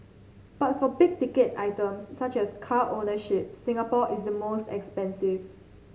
but for big ticket items such as car ownership Singapore is the most expensive